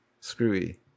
screwy